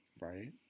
Right